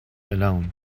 alone